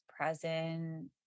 present